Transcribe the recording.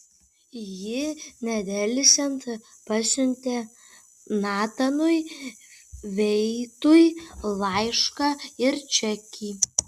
ji nedelsiant pasiuntė natanui veitui laišką ir čekį